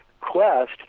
quest